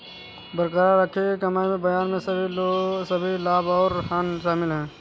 बरकरार रखी गई कमाई में बयान में सभी लाभ और हानि शामिल हैं